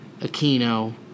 Aquino